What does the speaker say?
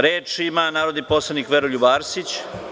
Reč ima narodni poslanik Veroljub Arsić.